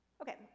Okay